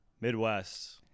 Midwest